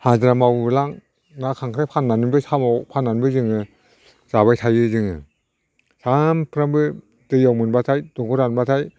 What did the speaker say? हाजिरा मावहोलां ना खांख्राय फाननानैबो साम' फाननानैबो जोङो जाबाय थायो जोङो सानफ्रोमबो दैआ रानबाथाय दंग' रानबाथाय